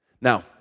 Now